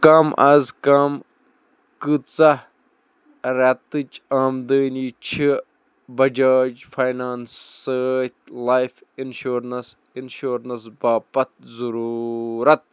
کم از کم کۭژاہ رٮ۪تٕچ آمدٲنی چھِ بجاج فاینانس سۭتۍ لایِف اِنشورنَس انشورنَس باپتھ ضروٗرت